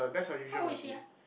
how old is she ah